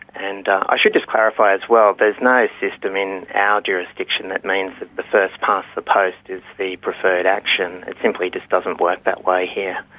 and i should just clarify as well, there's no system in our jurisdiction that means that the first past the post is the preferred action, it simply just doesn't work that way here.